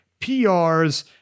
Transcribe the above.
PRs